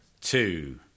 Two